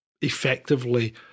effectively